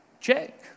Check